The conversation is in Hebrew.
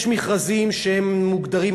יש מכרזים שמוגדרים,